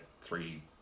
three